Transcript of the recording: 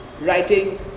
writing